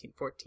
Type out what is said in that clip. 1914